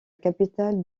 capitale